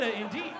indeed